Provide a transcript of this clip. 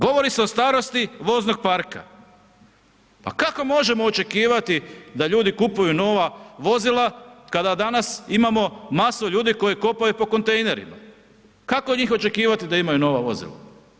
Govori se o starosti voznog parka, pa kako možemo očekivati da ljudi kupuju nova vozila kada danas imamo masu ljudi koji kopaju po kontejnerima, kako od njih očekivati da imaju nova vozila?